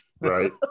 Right